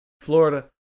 Florida